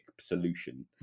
solution